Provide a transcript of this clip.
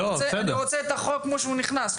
אני רוצה את החוק כמו שהוא נכנס,